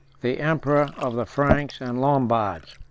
the emperor of the franks and lombards.